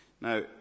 Now